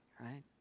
right